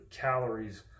calories